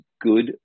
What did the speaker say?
good